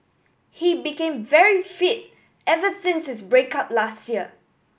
he became very fit ever since his break up last year